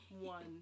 one